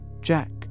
Jack